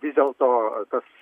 vis dėl to tas